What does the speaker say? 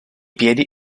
piedi